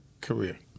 career